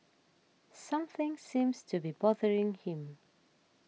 something seems to be bothering him